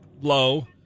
low